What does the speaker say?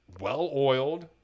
well-oiled